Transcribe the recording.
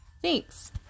Thanks